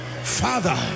Father